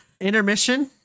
intermission